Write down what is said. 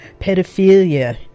pedophilia